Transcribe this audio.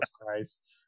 Christ